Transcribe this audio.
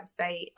website